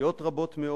"תצפיות רבות מאוד,